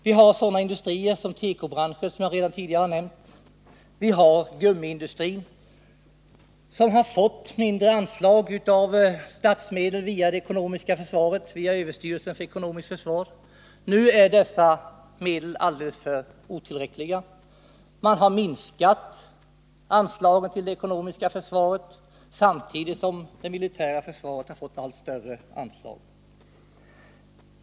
Vi har sådana industrier som tekobranschen, som jag redan tidigare har nämnt. Vi har gummiindustrin, som har fått mindre anslag av statsmedel via överstyrelsen för ekonomiskt försvar. Nu är dessa medel alldeles otillräckliga. Man har minskat anslagen till det ekonomiska försvaret, samtidigt som det militära försvaret har fått allt större anslag.